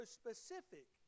specific